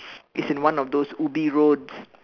it's in one of those Ubi roads